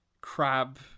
crab